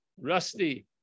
Rusty